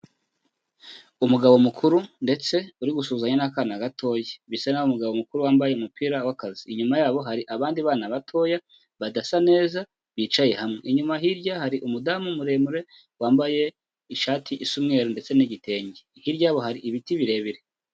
Umugabo mukuru ndetse uri gusuhuzanya n'akana gatoya, bisa nk’aho umugabo mukuru yambaye umupira w'akazi. Inyuma ye hari abandi bana batoya badasa neza bicaye hamwe, inyuma hirya hari umudamu muremure wambaye ishati isa umweru ndetse n'igitenge, hirya yabo hari ibiti birebire.